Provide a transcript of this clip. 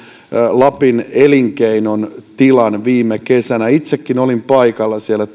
lapin elinkeinon tilan viime kesänä itsekin olin paikalla siellä